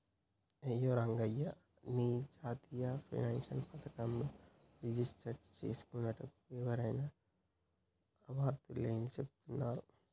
అయ్యో రంగయ్య నీ జాతీయ పెన్షన్ పథకంలో రిజిస్టర్ చేసుకోనుటకు ఎవరైనా అర్హులేనని చెబుతున్నారు